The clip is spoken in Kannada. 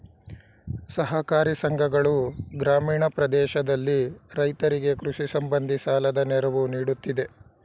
ಸಹಕಾರಿ ಸಂಘಗಳು ಗ್ರಾಮೀಣ ಪ್ರದೇಶದಲ್ಲಿ ರೈತರಿಗೆ ಕೃಷಿ ಸಂಬಂಧಿ ಸಾಲದ ನೆರವು ನೀಡುತ್ತಿದೆ